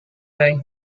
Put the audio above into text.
day